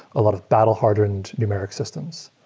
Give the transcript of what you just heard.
a lot of battle hardened numeric systems.